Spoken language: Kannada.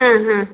ಹಾಂ ಹಾಂ